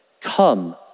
Come